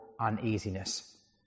uneasiness